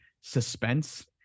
suspense